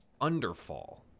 underfall